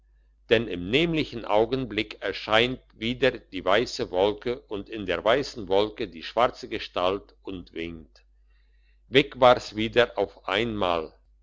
denn im nämlichen augenblick erscheint wieder die weisse wolke und in der weissen wolke die schwarze gestalt und winkt weg war's wieder auf einmal